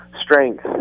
strength